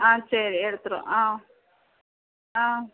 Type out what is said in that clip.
ஆ சரி எடுத்திடுவோம் ஆ ஆ